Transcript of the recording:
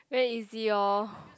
very easy orh